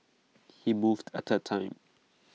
he moved A third time